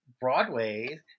Broadway